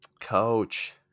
coach